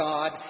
God